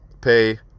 pay